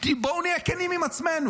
בואו נהיה כנים עם עצמנו.